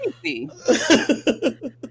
crazy